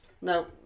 No